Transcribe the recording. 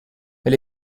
elle